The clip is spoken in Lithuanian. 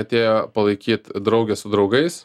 atėjo palaikyt draugė su draugais